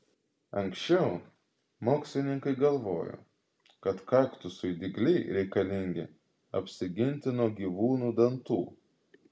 anksčiau mokslininkai galvojo kad kaktusui dygliai reikalingi apsiginti nuo gyvūnų dantų